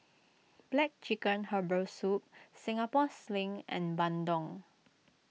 Black Chicken Herbal Soup Singapore Sling and Bandung